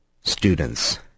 students